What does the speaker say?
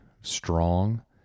strong